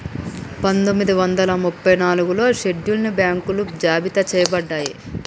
పందొమ్మిది వందల ముప్పై నాలుగులో షెడ్యూల్డ్ బ్యాంకులు జాబితా చెయ్యబడ్డయ్